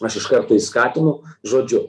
aš iš karto jį skatinu žodžiu